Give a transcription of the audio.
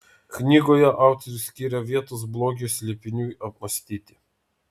knygoje autorius skiria vietos blogio slėpiniui apmąstyti